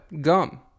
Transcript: gum